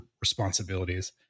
responsibilities